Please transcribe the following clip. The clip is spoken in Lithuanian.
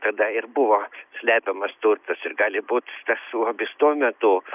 tada ir buvo slepiamas turtas ir gali būt tas lobis tuo metu